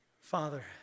Father